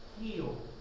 heal